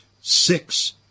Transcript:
six